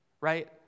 Right